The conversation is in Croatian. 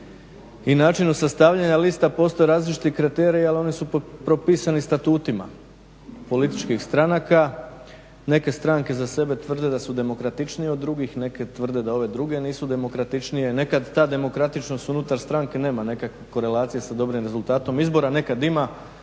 i načinu sastavljanja lista postoje različiti kriteriji, ali oni su propisani statutima političkih stranaka. Neke stranke za sebe tvrde da su demokratičnije od drugih, neke tvrde da ove druge nisu demokratičnije. Nekad ta demokratičnost unutar stranke nema nekakve korelacije sa dobrim rezultatom izbora, nekad ima.